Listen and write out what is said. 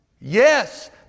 Yes